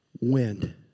win